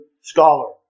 scholar